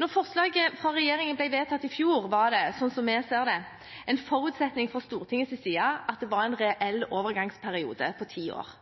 Da forslaget fra regjeringen ble vedtatt i fjor, var det, slik vi ser det, en forutsetning fra Stortingets side at det var en reell overgangsperiode på ti år,